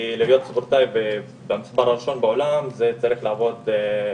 כי להיות ספורטאי מספר אחד בעולם זה צריך לעבוד קשה,